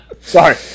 sorry